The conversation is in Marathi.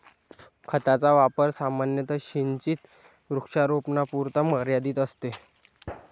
खताचा वापर सामान्यतः सिंचित वृक्षारोपणापुरता मर्यादित असतो